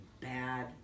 bad